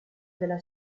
della